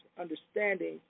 understanding